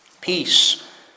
Peace